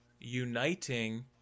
uniting